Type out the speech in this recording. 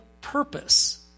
purpose